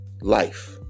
life